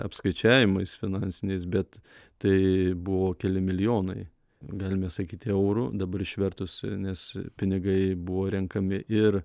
apskaičiavimais finansiniais bet tai buvo keli milijonai galime sakyti eurų dabar išvertusi nes pinigai buvo renkami ir